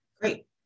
Great